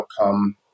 outcome